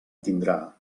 tindrà